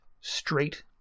straight